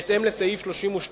בהתאם לסעיף 32 לחוק.